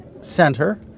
center